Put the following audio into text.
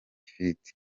ifiriti